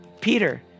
Peter